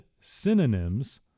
synonyms